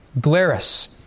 Glarus